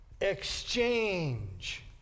exchange